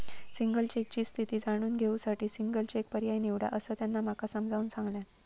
single चेकची स्थिती जाणून घेऊ साठी सिंगल चेक पर्याय निवडा, असा त्यांना माका समजाऊन सांगल्यान